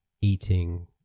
eating